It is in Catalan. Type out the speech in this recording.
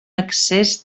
excés